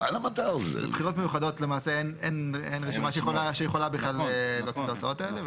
בבחירות מיוחדות למעשה אין רשימה שיכולה בכלל להוציא את ההוצאות האלה,